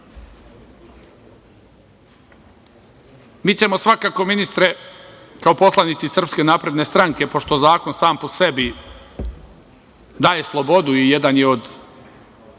ćemo svakako, ministre, kao poslanici Srpske napredne stranke, pošto zakon sam po sebi daje slobodu i jedan je od